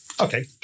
Okay